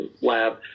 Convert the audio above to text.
lab